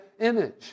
image